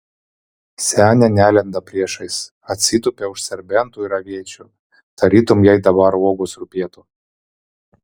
senė nelenda priešais atsitupia už serbentų ir aviečių tarytum jai dabar uogos rūpėtų